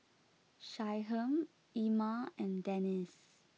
Shyheim Ilma and Denice